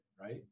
right